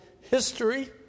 history